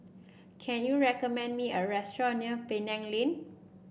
can you recommend me a restaurant near Penang Lane